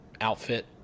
outfit